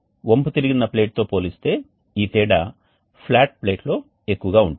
వంపు తిరిగిన ప్లేట్ తో పోలిస్తే ఈ తేడా ఫ్లాట్ ప్లేట్ లో ఎక్కువగా ఉంటుంది